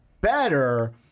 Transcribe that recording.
better